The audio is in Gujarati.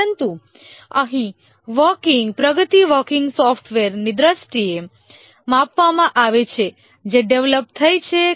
પરંતુ અહીં પ્રગતિ વર્કિંગ સોફ્ટવેરની દ્રષ્ટિએ માપવામાં આવે છે જે ડેવલપ થઈ છે